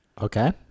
Okay